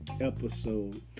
episode